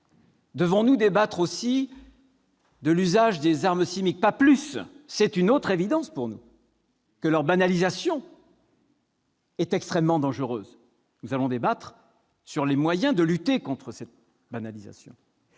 Devons-nous débattre de l'usage des armes chimiques ? Pas plus ! Il est tout aussi évident, pour nous, que leur banalisation est extrêmement dangereuse. Nous allons débattre des moyens de lutter contre cette banalisation